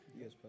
Yes